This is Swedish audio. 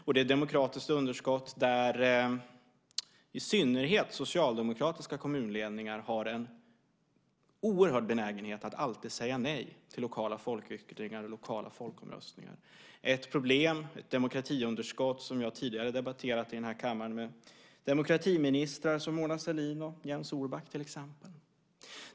Det är ett demokratiskt underskott där i synnerhet socialdemokratiska kommunledningar har en oerhörd benägenhet att alltid säga nej till lokala folkyttringar och lokala folkomröstningar. Det är ett problem och ett demokratiunderskott som jag tidigare har debatterat i den här kammaren med demokratiministrar som Mona Sahlin och Jens Orback till exempel.